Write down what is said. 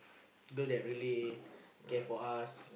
girl that really care for us